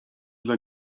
dla